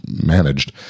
managed